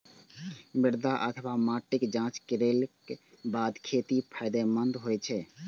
मृदा अथवा माटिक जांच करैक बाद खेती फायदेमंद होइ छै